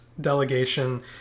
delegation